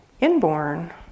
inborn